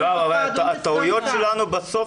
או שאנחנו נגיש את כל הבקשות שלנו לממשלה,